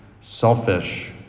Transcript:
selfish